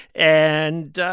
and